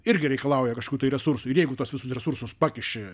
irgi reikalauja kažkokių tai resursų ir jeigu tuos visus resursus pakiši